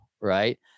Right